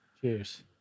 Cheers